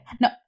no